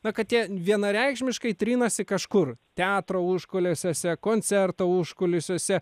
na kad jie vienareikšmiškai trinasi kažkur teatro užkulisiuose koncerto užkulisiuose